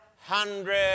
hundred